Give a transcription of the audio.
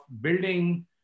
building